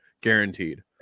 guaranteed